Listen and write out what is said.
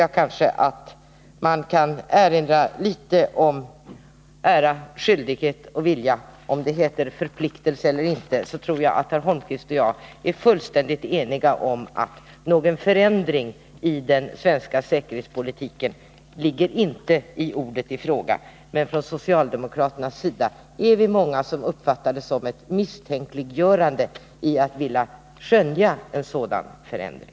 Jag tycker att man kan erinra litet om ära, skyldighet och vilja. Det må kallas förpliktelse eller inte — jag tror ändå att herr Holmqvist och jag är fullständigt eniga om att någon förändring i den svenska säkerhetspolitiken inte ligger i ordet i fråga. Men vi är många som uppfattar det som ett misstänkliggörande från socialdemokraternas sida att vilja skönja en sådan förändring.